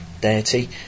deity